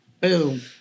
boom